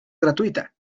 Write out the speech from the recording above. gratuita